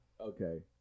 Okay